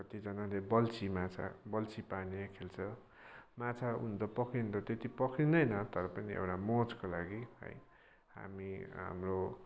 कतिजनाले बल्छी माछा बल्छी पार्ने खेल्छ माछा हुन त पक्रिनु त त्यति पक्रिँदैन तर पनि एउटा मौजको लागि है हामी हाम्रो